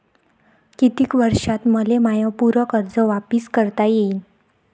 कितीक वर्षात मले माय पूर कर्ज वापिस करता येईन?